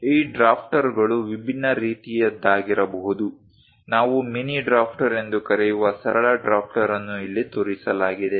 ಈ ಡ್ರಾಫ್ಟರ್ಗಳು ವಿಭಿನ್ನ ರೀತಿಯದ್ದಾಗಿರಬಹುದು ನಾವು ಮಿನಿ ಡ್ರಾಫ್ಟರ್ ಎಂದು ಕರೆಯುವ ಸರಳ ಡ್ರಾಫ್ಟರ್ ಅನ್ನು ಇಲ್ಲಿ ತೋರಿಸಲಾಗಿದೆ